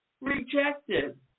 rejected